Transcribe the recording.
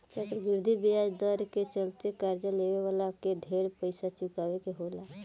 चक्रवृद्धि ब्याज दर के चलते कर्जा लेवे वाला के ढेर पइसा चुकावे के होला